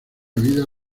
vida